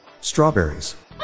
Strawberries